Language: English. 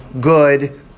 good